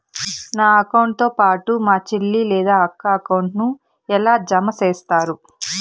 నా అకౌంట్ తో పాటు మా చెల్లి లేదా అక్క అకౌంట్ ను ఎలా జామ సేస్తారు?